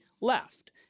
left